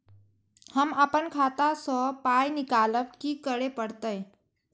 हम आपन खाता स पाय निकालब की करे परतै?